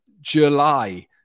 july